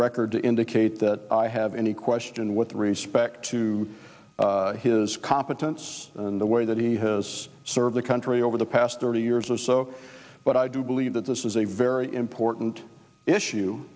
record to indicate that i have any question with respect to his competence in the way that he has served the country over the past thirty years or so but i do believe that this is a very important issue